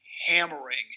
hammering